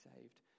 saved